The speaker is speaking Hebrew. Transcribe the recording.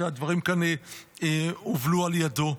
שהדברים כאן הובלו על ידו.